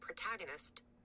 protagonist